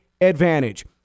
advantage